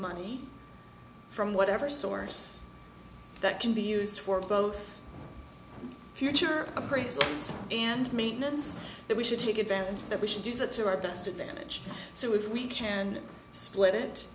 money from whatever source that can be used for both future appraisals and maintenance that we should take advantage of that we should use that to our best advantage so if we can split it